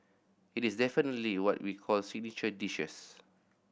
it is definitely what we call signature dishes